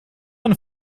eine